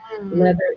leather